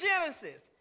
Genesis